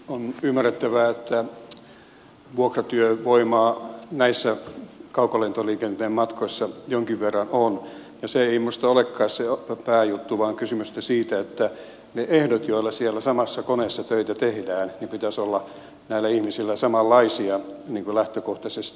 on ymmärrettävää että vuokratyövoimaa näissä kaukolentoliikenteen matkoissa jonkin verran on ja se ei minusta olekaan se pääjuttu vaan kysymys on siitä että niiden ehtojen joilla siellä samassa koneessa töitä tehdään pitäisi olla näillä ihmisillä samanlaisia lähtökohtaisesti